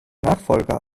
nachfolger